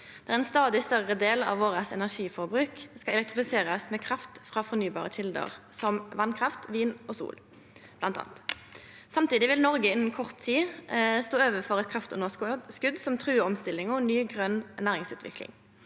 Ein stadig større del av energiforbruket vårt skal elektrifiserast med kraft frå fornybare kjelder, som vasskraft, vind og sol. Samtidig vil Noreg innan kort tid stå overfor eit kraftunderskot som truar omstillinga og ny grøn næringsutvikling.